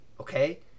okay